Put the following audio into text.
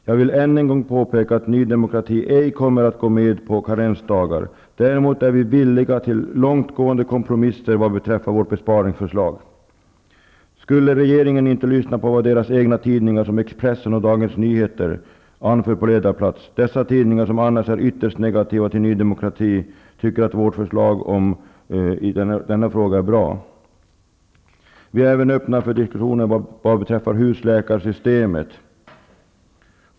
Jag vill än en gång påpeka att Ny demokrati ej kommer att gå med på karensdagar. Däremot är vi villiga till långtgående kompromisser vad beträffar vårt besparingsförslag. Skulle regeringen inte lyssna på vad deras egna tidningar, som Expressen och Dagens Nyheter, anför på ledarplats? Dessa tidningar, som annars är ytterst negativa till Ny demokrati, tycker att vårt förslag i denna fråga är bra. Vi är även öppna för diskussioner om husläkarsystemet.